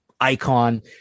icon